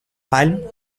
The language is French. palmes